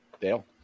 Dale